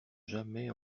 jamais